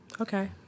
Okay